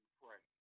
pray